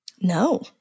No